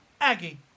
Aggie